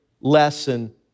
lesson